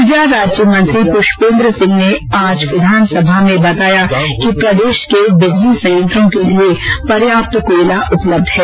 उर्जा राज्य मंत्री पुष्पेंद्र सिंह ने आज विधानसभा में बताया कि प्रदेश के बिजली संयत्रों के लिये पर्याप्त कोयला उपलब्ध है